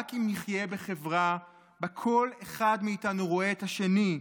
רק אם נחיה בחברה שבה כל אחד מאיתנו רואה את השני,